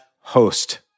host